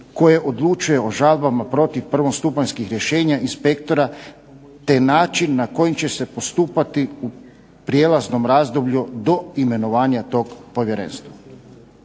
koje odlučuje o žalbama protiv prvostupanjskih rješenja inspektora te način na koji će se postupati u prijelaznom razdoblju do imenovanja tog povjerenstva.